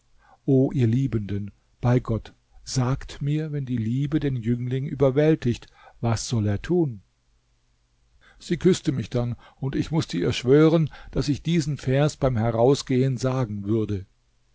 o ihr liebenden bei gott sagt mir wenn die liebe den jüngling überwältigt was soll er tun sie küßte mich dann und ich mußte ihr schwören daß ich diesen vers beim herausgehen sagen würde